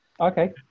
Okay